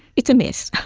it's a mess.